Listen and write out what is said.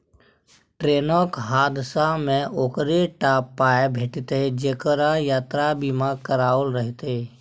ट्रेनक हादसामे ओकरे टा पाय भेटितै जेकरा यात्रा बीमा कराओल रहितै